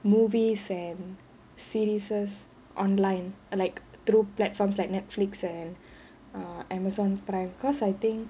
movies and series online like through platforms like Netflix and err Amazon Prime because I think